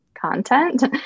content